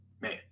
Man